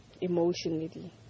emotionally